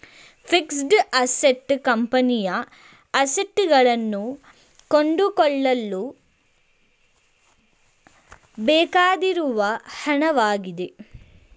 fixed assets ಕಂಪನಿಯ assets ಗಳನ್ನು ಕೊಂಡುಕೊಳ್ಳಲು ಬೇಕಾಗಿರುವ ಹಣವಾಗಿದೆ